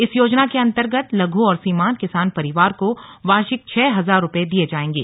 इस योजना के अन्तर्गत लघु और सीमान्त किसान परिवार को वार्षिक छह हजार रूपये दिये जायेंगे